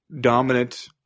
dominant